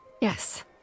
Yes